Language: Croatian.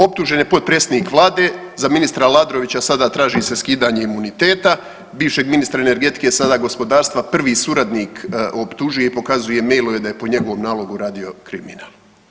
Optužen je potpredsjednik Vlade, za ministra Aladrovića sada traži se skidanje imuniteta, bivšeg ministra energetike, sada gospodarstva, prvi suradnik optužuje i pokazuje mailove da je po njegovom nalogu radio kriminal.